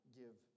give